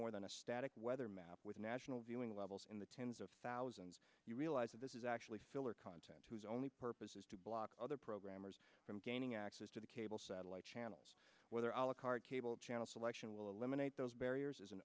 more than a static weather map with national viewing levels in the tens of thousands you realize that this is actually filler content whose only purpose is to block other programmers from gaining access to the cable satellite channels whether alec our cable channel selection will eliminate those barriers is an